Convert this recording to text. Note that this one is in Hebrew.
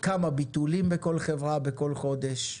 כמה ביטולים בכל חברה בכל חודש,